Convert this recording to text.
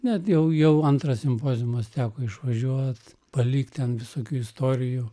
net jau jau antras simpoziumas teko išvažiuot palikt ten visokių istorijų